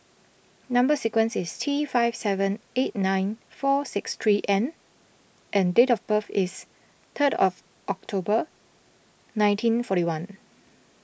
Number Sequence is T five seven eight nine four six three N and date of birth is third of October nineteen forty one